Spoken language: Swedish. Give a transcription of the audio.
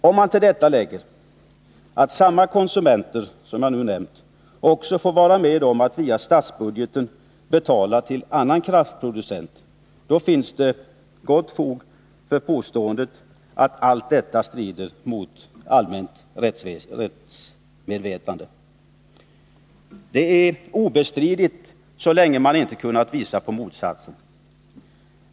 Om man till detta lägger att samma konsumenter som jag nu nämnt också får vara med om att via statsbudgeten betala till annan kraftproducent finns det gott fog för påståendet att allt detta strider mot allmänt rättsmedvetande. Detta är obestridligt, så länge man inte kunnat visa på motsatsen.